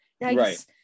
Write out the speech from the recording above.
Right